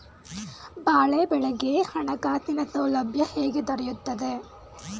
ಬಾಳೆ ಬೆಳೆಗೆ ಹಣಕಾಸಿನ ಸೌಲಭ್ಯ ಹೇಗೆ ದೊರೆಯುತ್ತದೆ?